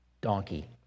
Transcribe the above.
donkey